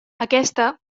aquesta